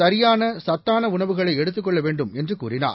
சரியான சத்தான உணவுகளை எடுத்துக் கொள்ள வேண்டும் என்று கூறினார்